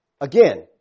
Again